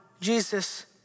Jesus